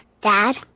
Dad